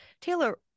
Taylor